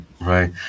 right